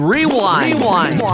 Rewind